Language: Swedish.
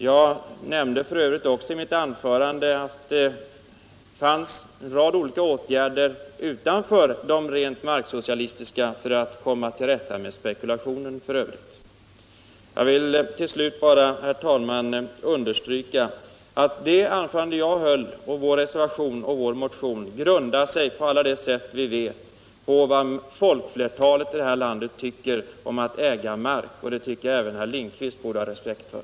Jag nämnde f. ö. också i mitt anförande att det finns en rad olika åtgärder utanför de rent marksocialistiska för att komma till rätta med spekulationen. Jag vill till slut, herr talman, bara understryka att det anförande jag höll, vår reservation och vår motion grundar sig på vad folkflertalet i det här landet anser om att äga mark. Det borde även herr Lindkvist ha respekt för.